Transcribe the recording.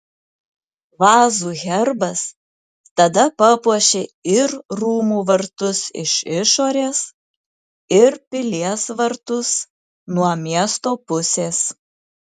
vazų herbas tada papuošė ir rūmų vartus iš išorės ir pilies vartus nuo miesto pusės